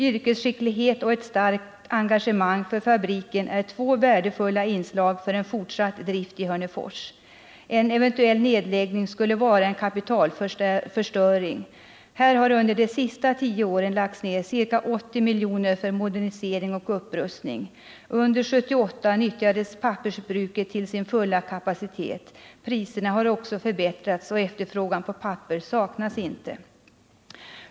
Yrkesskickligheten och ett starkt engagemang för fabriken är två värdefulla inslag för en fortsatt drift i Hörnefors. En eventuell nedläggning skulle vara en kapitalförstöring. Under de senaste tio åren har här lagts ner ca 80 miljoner för modernisering och upprustning. Under 1978 nyttjades pappersbruket till sin fulla kapacitet. Priserna har också förbättrats, och efterfrågan på papper saknas inte.